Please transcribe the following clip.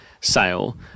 sale